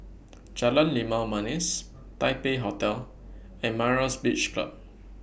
Jalan Limau Manis Taipei Hotel and Myra's Beach Club